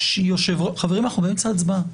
חברים, אנחנו באמצע הצבעה.